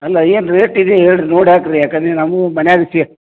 ಅಲ್ಲ ಏನು ರೇಟ್ ಇದೆ ಹೇಳ್ರಿ ನೋಡಿ ಹಾಕಿರಿ ಯಾಕಂದರೆ ನಮಗೂ ಮನೆಯಾಗ್